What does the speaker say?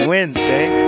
Wednesday